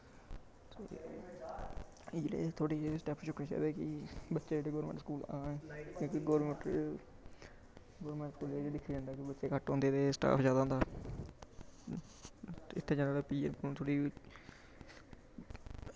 इयै जेह् थोह्ड़े जेह् स्टैप्प चुक्कने चाही दे कि बच्चे जेह्ड़े गौरमैंट स्कूल आन ताकि गौरमैंट दिक्खी लैंदी के बच्चे घट्ट होंदे ते स्टाफ जादा होंदा उत्थै जाइयै फ्ही थोह्ड़ी